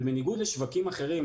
ובניגוד לשווקים אחרים,